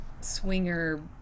swinger